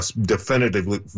definitively